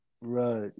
Right